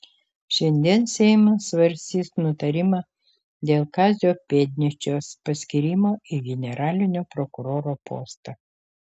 šiandien seimas svarstys nutarimą dėl kazio pėdnyčios paskyrimo į generalinio prokuroro postą